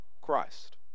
Christ